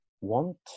want